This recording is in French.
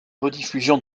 rediffusions